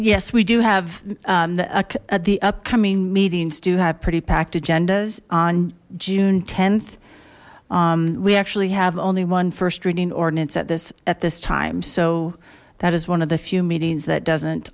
yes we do have that the upcoming meetings do have pretty packed agendas on june th we actually have only one first reading ordinance at this at this time so that is one of the few meetings that doesn't